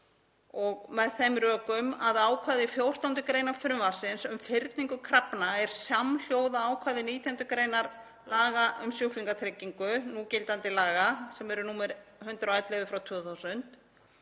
með þeim rökum að ákvæði 14. gr. frumvarpsins um fyrningu krafna er samhljóða ákvæði 19. gr. laga um sjúklingatryggingu, núgildandi laga sem eru nr. 111/2000.